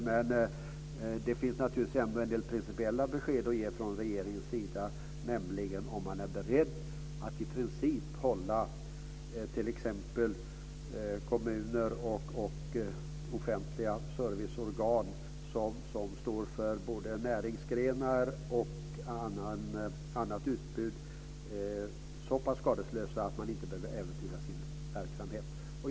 Men det finns ändå en del principiella besked att ge från regeringens sida, nämligen om man är beredd att i princip hålla kommuner och offentliga serviceorgan som står för både näringsgrenar och annat utbud så pass skadeslösa att deras verksamheter inte äventyras.